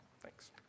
Thanks